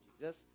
Jesus